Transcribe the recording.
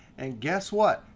and guess what?